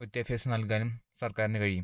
വിദ്യാഭ്യാസം നൽകാനും സർക്കാരിന് കഴിയും